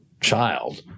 child